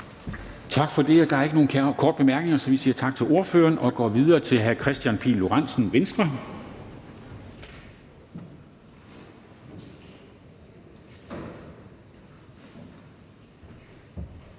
Tak for det. Der er ikke nogen korte bemærkninger. Vi siger tak til ordføreren og går videre til Nye Borgerliges ordfører, og det